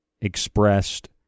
expressed